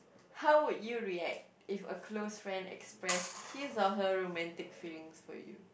how would you react if a close friend express his or her romantic feelings for you